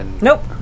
Nope